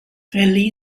healy